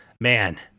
man